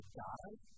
die